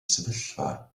sefyllfa